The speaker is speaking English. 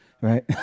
right